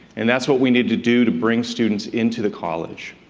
and that's what we need to do to bring students into the college.